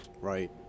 right